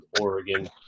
Oregon